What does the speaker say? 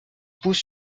pousse